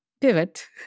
pivot